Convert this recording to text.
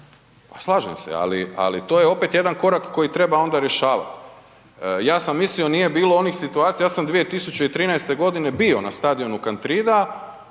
pa slažem se, ali to je opet jedan korak koji treba onda rješavati. Ja sam mislio nije bilo onih situacija, ja sam 2013. godine bio na stadionu Kantrida